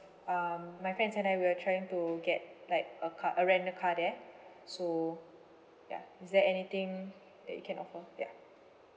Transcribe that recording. um my friends and I we are trying to get like a car uh rent a car there so ya is there anything that you can offer ya